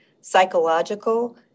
psychological